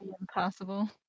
impossible